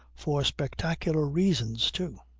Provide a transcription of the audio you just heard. for spectacular reasons too.